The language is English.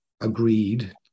agreed